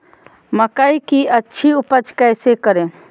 मकई की अच्छी उपज कैसे करे?